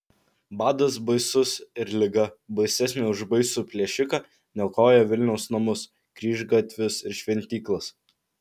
badas baisus ir liga baisesnė už baisų plėšiką niokoja vilniaus namus kryžgatvius ir šventyklas